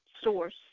source